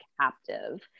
captive